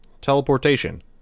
Teleportation